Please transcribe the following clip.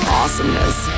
awesomeness